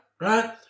right